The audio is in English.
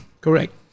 Correct